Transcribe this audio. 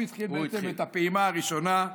והוא התחיל בעצם את הפעימה הראשונה,